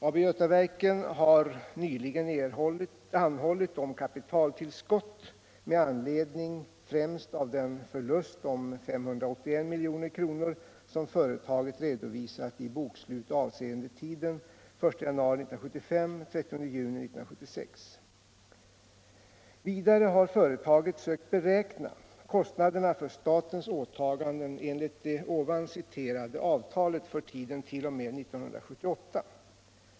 AB Götaverken har nyligen anhållit om kapitaltillskott med anledning främst av den förlust om 581 milj.kr. som företaget redovisat i bokslut avseende tiden 1 januari 1975 — 30 juni 1976. Vidare har företaget sökt beräkna kostnaderna för statens åtaganden enligt det ovan citerade avtalet för tiden t.o.m. 1978.